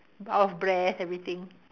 out of breath everything